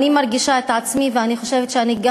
אני מרגישה את עצמי ואני חושבת שאני גם